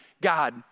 God